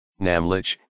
Namlich